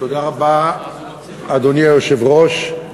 אדוני היושב-ראש,